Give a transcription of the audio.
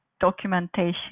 documentation